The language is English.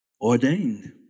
ordained